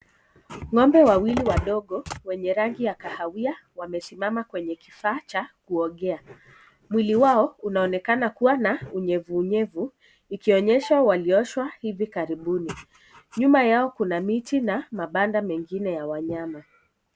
Ng'ombe wawili wadogo wenye rangi ya kahawia wamesimama kwenye kifaa cha kuogea. Mwili wao unaonekana kuwa na unyevunyevu, ikionyesha walioshwa hivi karibuni. Nyuma yao kuna miti na mabanda mengine ya wanyama.